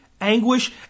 anguish